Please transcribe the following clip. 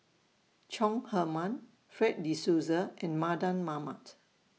Chong Heman Fred De Souza and Mardan Mamat